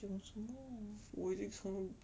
讲什么